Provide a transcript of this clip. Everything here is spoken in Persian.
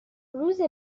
روز